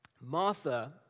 Martha